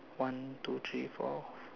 one two three four